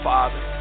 Father